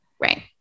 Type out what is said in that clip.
Right